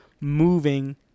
moving